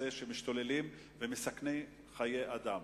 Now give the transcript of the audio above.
שמשתוללים ומסכנים חיי אדם.